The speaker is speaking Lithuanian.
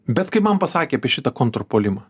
bet kai man pasakė apie šitą kontrpuolimą